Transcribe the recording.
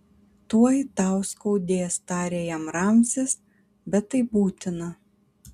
tuoj tau skaudės tarė jam ramzis bet tai būtina